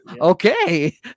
okay